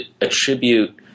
attribute